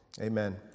Amen